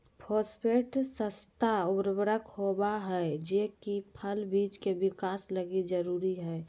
phosphate सस्ता उर्वरक होबा हइ जे कि फल बिज के विकास लगी जरूरी हइ